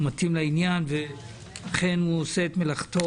הוא מתאים לעניין ואכן עושה את מלאכתו